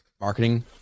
marketing